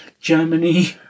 Germany